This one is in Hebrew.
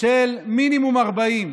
של מינימום 40,